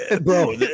bro